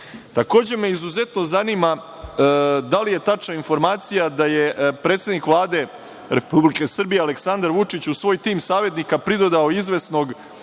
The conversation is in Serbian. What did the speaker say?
me izuzetno zanima da li je tačna informacija da je predsednik Vlade Republike Srbije Aleksandar Vučić, u svoj tim saveznika pridodao izvesnog